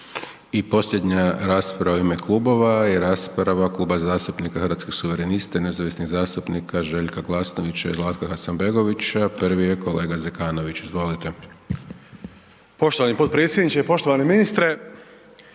I posljednja rasprava u ime klubova je rasprava Kluba zastupnika Hrvatskih suverenista i nezavisnih zastupnika Željka Glasnovića i Zlatka Hasanbegovića, prvi je kolega Zekanović. Izvolite. **Zekanović, Hrvoje (HRAST)** Poštovani potpredsjedniče i poštovani ministre,